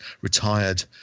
retired